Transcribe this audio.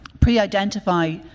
pre-identify